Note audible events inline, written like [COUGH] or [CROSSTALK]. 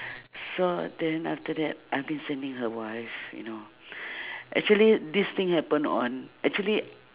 so then after that I've been sending her wife you know [BREATH] actually this thing happen on actually